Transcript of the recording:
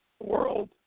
world